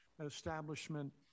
establishment